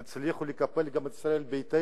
הן הצליחו לקפל גם את ישראל ביתנו,